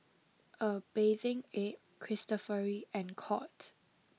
a Bathing Ape Cristofori and Courts